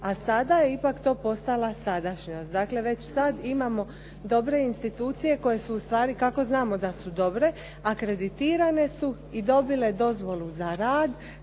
a sada je to ipak postala sadašnjost. Dakle, već sad imamo dobre institucije koje su ustvari, kako znamo da su dobre, akreditirane su i dobile dozvolu za rad